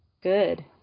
Good